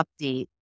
update